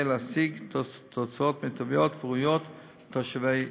להשיג תוצאות מיטביות וראויות לתושבי ישראל.